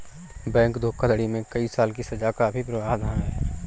bank धोखाधड़ी में कई साल की सज़ा का भी प्रावधान है